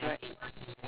right